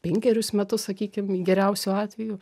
penkerius metus sakykim geriausiu atveju